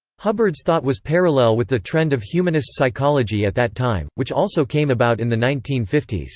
hubbard's thought was parallel with the trend of humanist psychology at that time, which also came about in the nineteen fifty s.